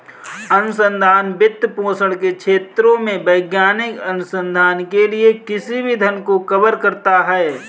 अनुसंधान वित्तपोषण के क्षेत्रों में वैज्ञानिक अनुसंधान के लिए किसी भी धन को कवर करता है